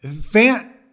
fan